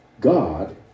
God